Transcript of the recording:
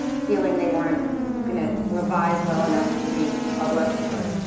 feeling they weren't gonna revise well enough to be public. right.